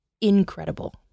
incredible